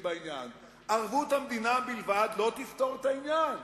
בעניין: ערבות המדינה בלבד לא תפתור את העניין,